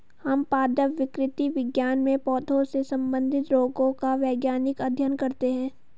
हम पादप विकृति विज्ञान में पौधों से संबंधित रोगों का वैज्ञानिक अध्ययन करते हैं